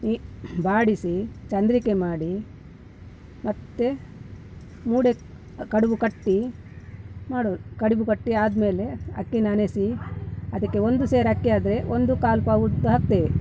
ಈ ಬಾಡಿಸಿ ಚಂದ್ರಿಕೆ ಮಾಡಿ ಮತ್ತು ಮೂಡೆ ಕಡುಬು ಕಟ್ಟಿ ಮಾಡುದು ಕಡುಬು ಕಟ್ಟಿ ಆದಮೇಲೆ ಅಕ್ಕಿ ನೆನೆಸಿ ಅದಕ್ಕೆ ಒಂದು ಸೇರು ಅಕ್ಕಿ ಆದರೆ ಒಂದು ಕಾಲು ಪಾವು ಉದ್ದು ಹಾಕ್ತೇವೆ